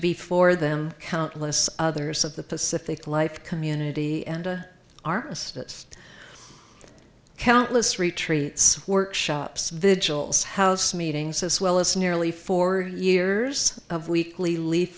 before them countless others of the pacific life community and our countless retreats workshops vigils house meetings as well as nearly four years of weekly leaf